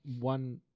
one